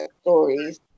stories